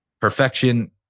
Perfection